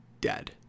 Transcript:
dead